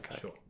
sure